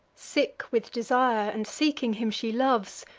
sick with desire, and seeking him she loves,